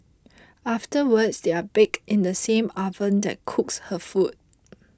afterwards they are baked in the same oven that cooks her food